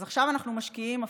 אז עכשיו אנחנו משקיעים הפוך,